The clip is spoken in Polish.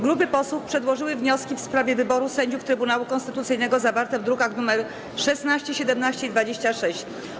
Grupy posłów przedłożyły wnioski w sprawie wyboru sędziów Trybunału Konstytucyjnego, zawarte w drukach nr 16, 17 i 26.